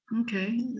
Okay